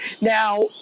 Now